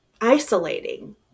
isolating